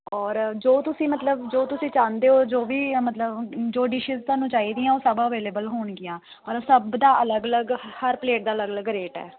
ਔਰ ਜੋ ਤੁਸੀਂ ਮਤਲਬ ਜੋ ਤੁਸੀਂ ਚਾਹੁੰਦੇ ਹੋ ਜੋ ਵੀ ਮਤਲਬ ਜੋ ਡਿਸ਼ਸ਼ ਤੁਹਾਨੂੰ ਚਾਹੀਦੀਆਂ ਉਹ ਸਭ ਅਵੇਲੇਬਲ ਹੋਣਗੀਆਂ ਔਰ ਸਭ ਦਾ ਅਲੱਗ ਅਲੱਗ ਹਰ ਪਲੇਟ ਦਾ ਅਲੱਗ ਅਲੱਗ ਰੇਟ ਹੈ